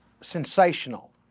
sensational